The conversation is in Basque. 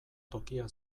tokia